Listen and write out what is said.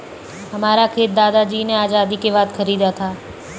हमारा खेत दादाजी ने आजादी के बाद खरीदा था